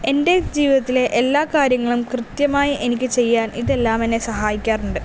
എൻ്റെ ജീവിതത്തിലെ എല്ലാ കാര്യങ്ങളും കൃത്യമായി എനിക്ക് ചെയ്യാൻ ഇതെല്ലാം എന്നെ സഹായിക്കാറുണ്ട്